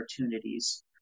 opportunities